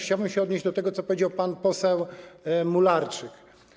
Chciałbym się odnieść do tego, co powiedział pan poseł Mularczyk.